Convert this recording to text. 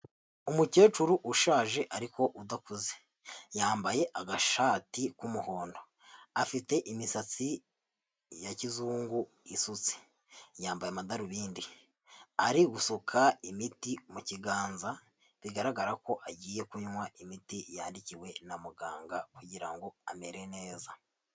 Umukecuru ushaje ariko udakuze. Yambaye agashati k'umuhondo. Afite imisatsi ya kizungu isutse. Yambaye amadarubindi. Ari gusuka imiti mu kiganza, bigaragara ko agiye kunywa imiti yandikiwe na muganga kugira ngo amere neza.